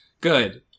good